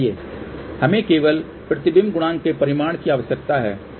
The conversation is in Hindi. हमें केवल प्रतिबिंब गुणांक के परिमाण की आवश्यकता है जो 056 है